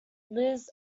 liz